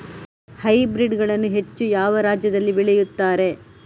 Hybrid ಗಳನ್ನು ಹೆಚ್ಚು ಯಾವ ರಾಜ್ಯದಲ್ಲಿ ಬೆಳೆಯುತ್ತಾರೆ?